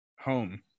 home